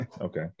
Okay